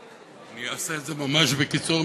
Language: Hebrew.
אני אעשה את זה ממש בקיצור,